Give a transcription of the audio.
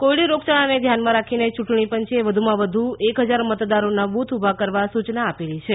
Covid રોગયાળાને ધ્યાનમાં રાખીને ચૂંટણી પંચે વધુમાં વધુ એક હજાર મતદારોના બૂથ ઉભા કરવા સુચના આપેલી છે